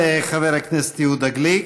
תודה לחבר הכנסת יהודה גליק.